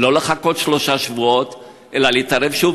לא לחכות שלושה שבועות אלא להתערב שוב,